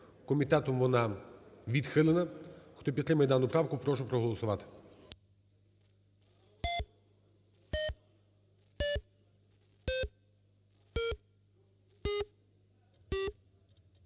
Комітетом вона відхилена. Хто підтримує дану правку, прошу проголосувати.